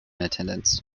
attendance